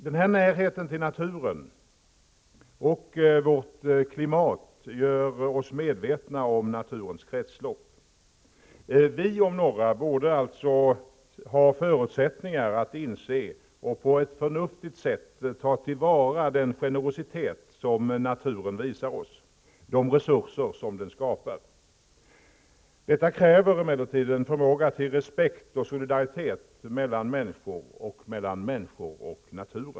Denna närhet till naturen och vårt klimat gör oss medvetna om naturens kretslopp. Vi, om några, borde alltså ha förutsättningar att inse och på ett förnuftigt sätt ta till vara den generositet som naturen visar oss, der resurser som den skapar. Detta kräver emellertid en förmåga till respekt och solidaritet mellan människor, och mellan människor och natur.